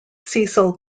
cecil